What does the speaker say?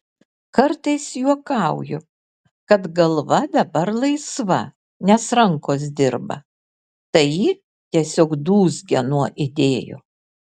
kartais juokauju kad galva dabar laisva nes rankos dirba tai ji tiesiog dūzgia nuo idėjų